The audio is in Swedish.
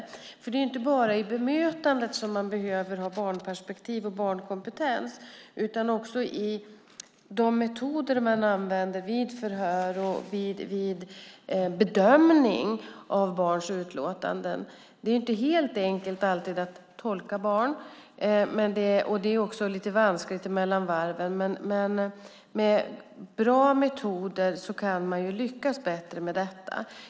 Det är inte bara i bemötandet man behöver ha barnperspektiv och barnkompetens utan också i de metoder man använder vid förhör och bedömning av barns utlåtanden. Det är inte alltid helt enkelt att tolka barn, och det är också lite vanskligt mellan varven. Med bra metoder kan man dock lyckas bättre med detta.